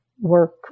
work